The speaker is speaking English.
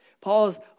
Paul's